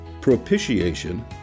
propitiation